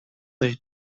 they